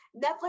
Netflix